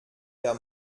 der